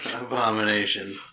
abomination